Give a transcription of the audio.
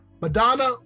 Madonna